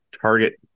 target